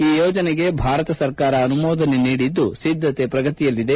ಈ ಯೋಜನೆಗೆ ಭಾರತ ಸರ್ಕಾರ ಅನುಮೋದನೆ ನೀಡಿದ್ದು ಸಿದ್ಧತೆ ಪ್ರಗತಿಯಲ್ಲಿದೆ